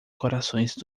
corações